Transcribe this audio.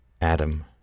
Adam